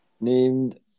named